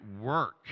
work